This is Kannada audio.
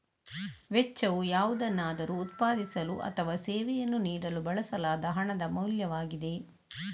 ವೆಚ್ಚವು ಯಾವುದನ್ನಾದರೂ ಉತ್ಪಾದಿಸಲು ಅಥವಾ ಸೇವೆಯನ್ನು ನೀಡಲು ಬಳಸಲಾದ ಹಣದ ಮೌಲ್ಯವಾಗಿದೆ